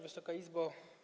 Wysoka Izbo!